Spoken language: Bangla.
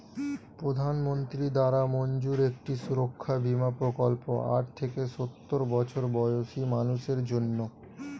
প্রধানমন্ত্রী দ্বারা মঞ্জুর একটি সুরক্ষা বীমা প্রকল্প আট থেকে সওর বছর বয়সী মানুষদের জন্যে